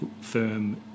firm